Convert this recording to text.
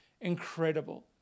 incredible